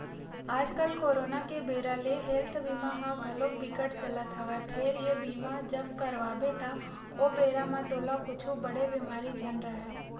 आजकल करोना के बेरा ले हेल्थ बीमा ह घलोक बिकट चलत हवय फेर ये बीमा जब करवाबे त ओ बेरा म तोला कुछु बड़े बेमारी झन राहय